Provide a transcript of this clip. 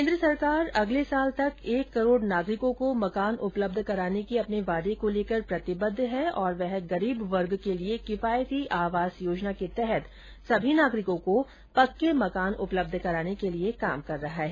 केन्द्र सरकार अगले साल तक एक करोड़ नागरिकों को मकान उपलब्ध कराने के अपने वादे को लेकर प्रतिबद्द है और वह गरीब वर्ग के लिए किफायती आवास योजना के तहत सभी नागरिकों को पक्के मकान उपलब्ध कराने के लिए काम कर रहा है